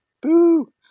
Boo